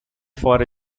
for